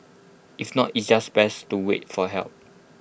if not it's just best to wait for help